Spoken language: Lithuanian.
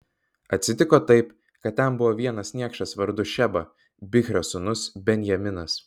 atsitiko taip kad ten buvo vienas niekšas vardu šeba bichrio sūnus benjaminas